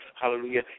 Hallelujah